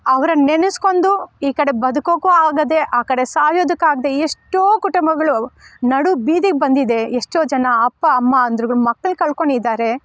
ಅವ್ರನ್ನ ನೆನೆಸ್ಕೊಂಡು ಈ ಕಡೆ ಬದುಕೋಕು ಆಗದೆ ಆ ಕಡೆ ಸಾಯೋದಕ್ಕಾಗ್ದೇ ಎಷ್ಟೋ ಕುಟುಂಬಗಳು ನಡು ಬೀದಿಗೆ ಬಂದಿದೆ ಎಷ್ಟೋ ಜನ ಅಪ್ಪ ಅಮ್ಮಂದಿರು ಮಕ್ಳಳ್ನ ಕಳ್ಕೊಂಡಿದ್ದಾರೆ